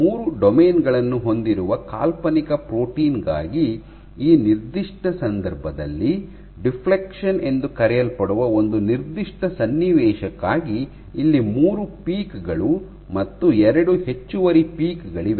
ಮೂರು ಡೊಮೇನ್ ಗಳನ್ನು ಹೊಂದಿರುವ ಕಾಲ್ಪನಿಕ ಪ್ರೋಟೀನ್ ಗಾಗಿ ಈ ನಿರ್ದಿಷ್ಟ ಸಂದರ್ಭದಲ್ಲಿ ಡಿಫ್ಲೆಕ್ಷನ್ ಎಂದು ಕರೆಯಲ್ಪಡುವ ಒಂದು ನಿರ್ದಿಷ್ಟ ಸನ್ನಿವೇಶಕ್ಕಾಗಿ ಇಲ್ಲಿ ಮೂರು ಪೀಕ್ ಗಳು ಮತ್ತು ಎರಡು ಹೆಚ್ಚುವರಿ ಪೀಕ್ ಗಳಿವೆ